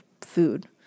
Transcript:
food